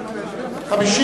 נתקבלה.